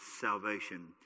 salvation